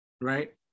right